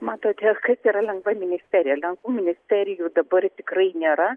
matote kas yra lengva ministerija lengvų ministerijų dabar tikrai nėra